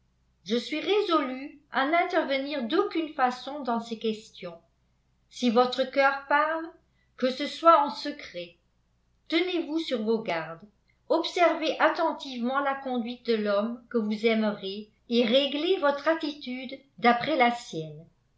je suis résolue à n'intervenir d'aucune façon dans ces questions si votre cœur parle que ce soit en secret tenez-vous sur vos gardes observez attentivement la conduite de l'homme que vous aimerez et réglez votre attitude d'agrès la sienne